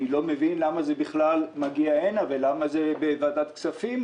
אני לא מבין למה זה בכלל מגיע הנה ולמה זה לא נסגר בוועדת כספים.